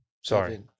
Sorry